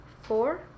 four